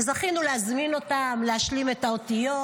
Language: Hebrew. וזכינו להזמין אותם להשלים את האותיות,